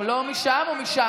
הוא לא משם, הוא משם.